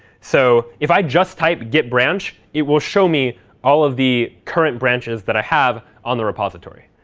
so if i just type git branch, it will show me all of the current branches that i have on the repository.